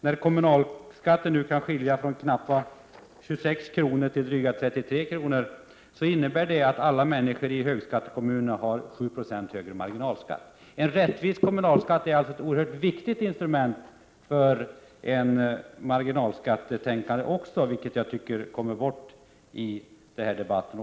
När kommunalskatten nu varierar från knappt 26 kr. till drygt 33 kr. i olika kommuner, innebär det att alla människor i högskattekommunerna har 7 96 högre marginalskatt. En rättvis kommunalskatt är alltså ett oerhört viktigt instrument i ett marginalskattetänkande, vilket jag tycker kommer bort i debatten.